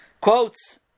quotes